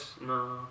no